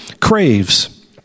craves